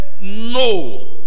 no